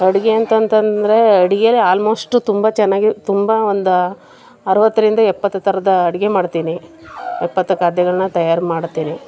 ಅಡುಗೆ ಅಂತ ಅಂತಂದ್ರೆ ಅಡುಗೆಲಿ ಆಲ್ಮೋಶ್ಟು ತುಂಬ ಚೆನ್ನಾಗಿ ತುಂಬ ಒಂದು ಅರವತ್ತರಿಂದ ಎಪ್ಪತ್ತು ಥರದ ಅಡುಗೆ ಮಾಡ್ತೀನಿ ಎಪ್ಪತ್ತು ಖಾದ್ಯಗಳನ್ನ ತಯಾರು ಮಾಡ್ತೀನಿ